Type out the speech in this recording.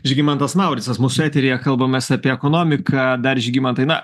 žygimantas mauricas mūsų eteryje kalbamės apie ekonomiką dar žygimantai na